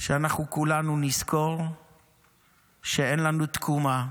שאנחנו כולנו נזכור שאין לנו תקומה,